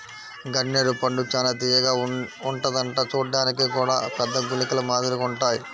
గన్నేరు పండు చానా తియ్యగా ఉంటదంట చూడ్డానికి గూడా పెద్ద గుళికల మాదిరిగుంటాయ్